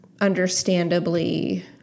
understandably